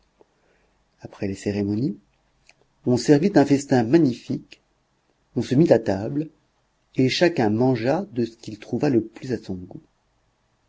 après les cérémonies on servit un festin magnifique on se mit à table et chacun mangea de ce qu'il trouva le plus à son goût